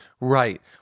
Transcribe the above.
right